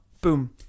boom